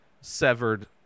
severed